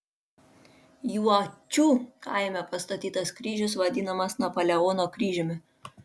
juočių kaime pastatytas kryžius vadinamas napoleono kryžiumi